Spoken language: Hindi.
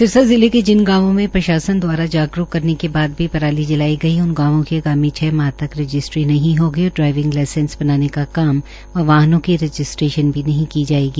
सिरसा जिले के जिन गांवों में प्रशासन द्वारा जागरुक करने के बाद भी पराली जलाई गई है उन गांवों की आगामी छह माह तक रजिस्ट्री नही होगी और ड्राइविंग लाइसेंस बनाने का काम व वाहनों की रजिस्ट्रेशन नहीं किया जाएगा